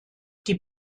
die